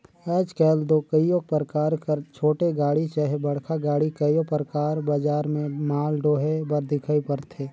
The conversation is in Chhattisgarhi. आएज काएल दो कइयो परकार कर छोटे गाड़ी चहे बड़खा गाड़ी कइयो परकार बजार में माल डोहे बर दिखई परथे